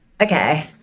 okay